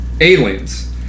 Aliens